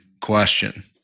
question